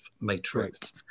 matrix